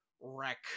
wreck